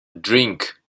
drink